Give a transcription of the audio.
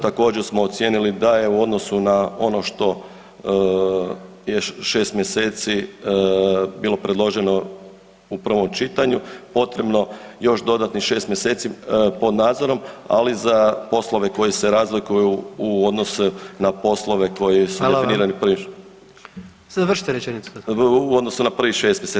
Također smo ocijenili da je u odnosu na ono što je 6 mjeseci bilo predloženo u prvom čitanju potrebno još dodatnih 6 mjeseci pod nadzorom, ali za poslove koji se razlikuju u odnose na poslove koji su definirani [[Upadica: Hvala vam, završite rečenicu.]] u odnosu na prvih 6 mjeseci.